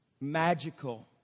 Magical